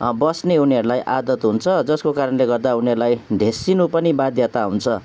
बस्ने उनीहरूलाई आदत हुन्छ जसको कारणले गर्दा उनीहरूलाई ढेसिनु पनि बाध्यता हुन्छ